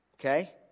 Okay